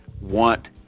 want